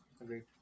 Agreed